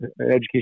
education